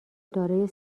دارای